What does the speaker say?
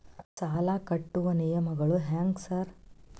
ಸಾಲ ಕಟ್ಟುವ ನಿಯಮಗಳು ಹ್ಯಾಂಗ್ ಸಾರ್?